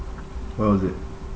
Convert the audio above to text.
what was it